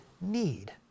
need